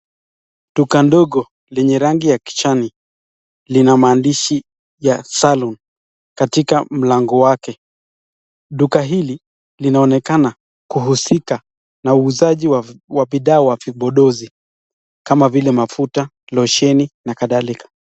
Duka ndogo lenye rangi ya kijani lina maandishi ya salon katika mlango wake. Duka hili linaonekana kuusika na uuzaji wa bidhaa wa vipodozi kama vile mafuta losheni na kadhalika.